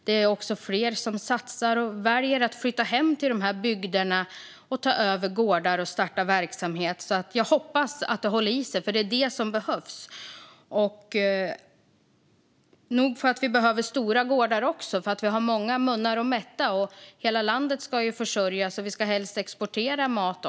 Det finns också fler som satsar på och väljer att flytta hem till de här bygderna, ta över gårdar och starta verksamhet. Jag hoppas att detta håller i sig, för det är det som behövs. Nog för att vi behöver stora gårdar - vi har många munnar att mätta, hela landet ska försörjas och helst ska vi också exportera mat.